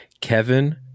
Kevin